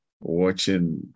watching